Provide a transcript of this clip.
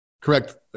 Correct